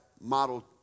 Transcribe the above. Model